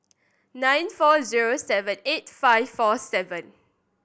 nine four zero seven eight five four seven